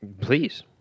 please